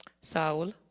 Saul